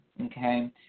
Okay